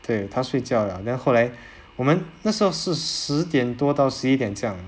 对他睡觉 liao then 后来我们那时候是十点多到十一点这样